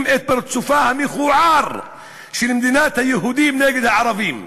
את פרצופה המכוער של מדינת היהודים נגד הערבים.